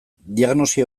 diagnosi